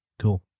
cool